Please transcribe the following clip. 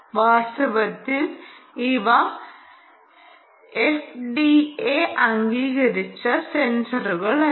വാസ്തവത്തിൽ ഇവ എഫ്ഡിഎ അംഗീകരിച്ച സെൻസറുകളല്ല